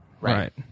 Right